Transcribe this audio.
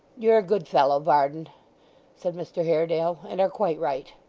you're a good fellow, varden said mr haredale, and are quite right.